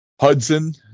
Hudson